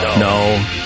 No